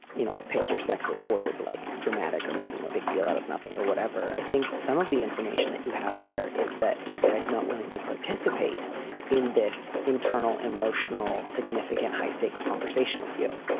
you know, pick your sexist word like dramatic or making a big deal out of nothing or whatever, i think some of the information that you have there is that this guy is not willing to participate in this internal, emotional, significant, high stakes conversation with you,